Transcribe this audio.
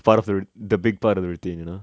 part of the the big part of of the routine you know